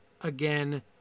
again